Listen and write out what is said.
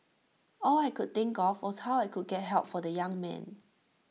all I could think of was how I could get help for the young man